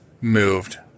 moved